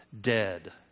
dead